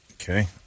Okay